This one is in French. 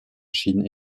chine